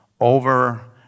over